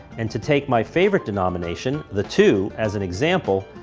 and to take my favorite denomination the two as an example,